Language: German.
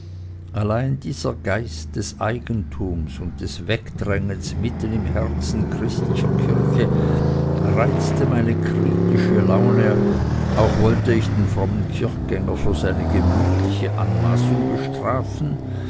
allein dieser geist des eigentums und des wegdrängens mitten im herzen christlicher kirche reizte meine kritische laune auch wollte ich den frommen kirchgänger für seine gemütliche anmaßung bestrafen